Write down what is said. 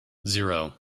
zero